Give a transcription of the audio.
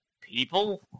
people